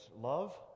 love